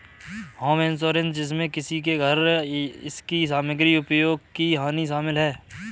home insurance जिसमें किसी के घर इसकी सामग्री उपयोग की हानि शामिल है